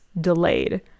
delayed